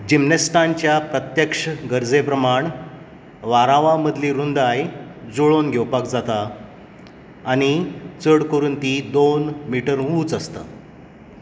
जिमनॅस्टांच्या प्रत्यक्ष गरजे प्रमाण वारांवा मदली रुंदाय जुळोवन घेवपाक जाता आनी चड करून ती दोन मीटर उंच आसता